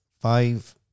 five